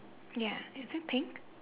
ya is it pink